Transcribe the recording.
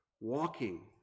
walking